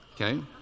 Okay